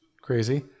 crazy